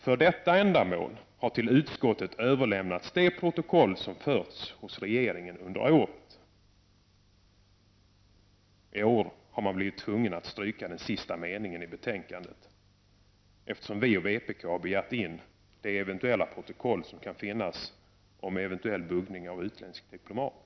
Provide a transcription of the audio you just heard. För detta ändamål har, står det vidare, till utskottet överlämnats de protokoll som förts hos regeringen under året. I år har man blivit tvungen att stryka denna sista mening, eftersom vi och vpk har begärt in de eventuella protokoll som kan finnas om buggningen av utländsk diplomat.